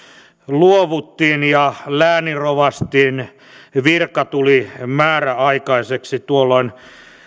luovuttiin ja lääninrovastin virka tuli määräaikaiseksi tuolloin